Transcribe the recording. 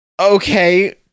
Okay